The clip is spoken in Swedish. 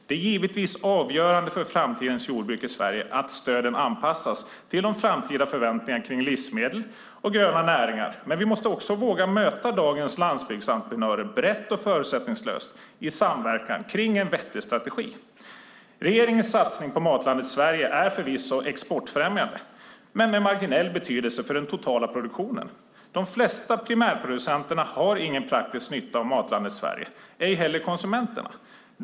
Det är givetvis avgörande för framtidens jordbruk i Sverige att stöden anpassas till de framtida förväntningarna kring livsmedel och gröna näringar, men vi måste också våga möta dagens landsbygdsentreprenörer brett och förutsättningslöst i samverkan kring en vettig strategi. Regeringens satsning på Matlandet Sverige är förvisso exportfrämjande, men den har marginell betydelse för den totala produktionen. De flesta primärproducenterna har ingen praktisk nytta av Matlandet Sverige, ej heller konsumenterna.